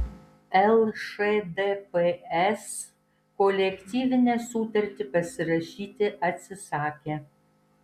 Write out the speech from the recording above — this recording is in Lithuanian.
lšdps kolektyvinę sutartį pasirašyti atsisakė